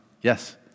yes